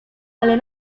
ale